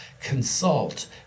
consult